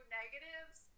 negatives